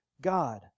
God